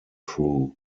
crew